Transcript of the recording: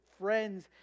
friends